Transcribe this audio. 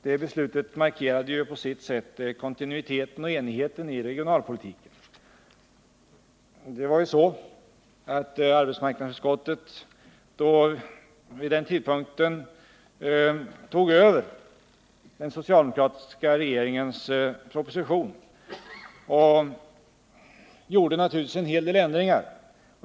Det beslutet markerade ju på sitt sätt kontinuiteten och enigheten i regionalpolitiken. Arbetsmarknadsutskottet tog vid den tidpunkten över den socialdemokratiska regeringens proposition och gjorde naturligtvis en hel del ändringar.